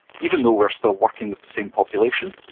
even though we're still working with the same population,